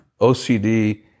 OCD